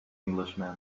englishman